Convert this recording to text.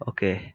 Okay